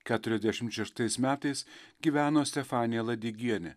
keturiasdešimt šeštais metais gyveno stefanija ladigienė